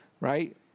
right